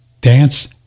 dance